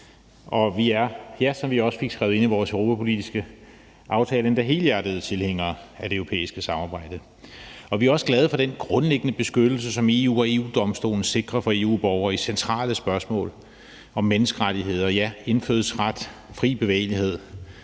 og vi er, som vi også fik skrevet ind i vores europapolitiske aftale, endda helhjertede tilhængere af det europæiske samarbejde. Vi er også glade for den grundlæggende beskyttelse, som EU og EU-Domstolen sikrer for EU-borgere i centrale spørgsmål om menneskerettigheder, indfødsret og fri bevægelighed.